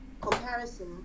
comparison